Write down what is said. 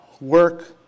work